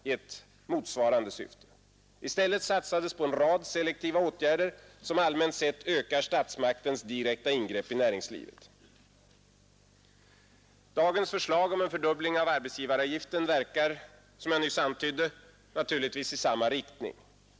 I stället satsades på en rad selektiva åtgärder, som allmänt sett ökar statsmaktens direkta ingrepp i näringslivet. Dagens förslag om en fördubbling av arbetsgivaravgiften verkar, som jag nyss antydde, naturligtvis i samma riktning.